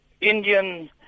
Indian